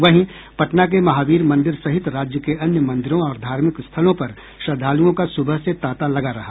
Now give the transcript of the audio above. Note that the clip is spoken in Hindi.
वहीं पटना के महावीर मंदिर सहित राज्य के अन्य मंदिरों और धार्मिक स्थलों पर श्रद्धालुओं का सुबह से तांता लगा रहा